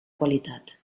qualitat